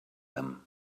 them